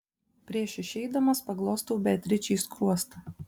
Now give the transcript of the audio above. prieš išeidamas paglostau beatričei skruostą